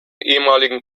ehemaligen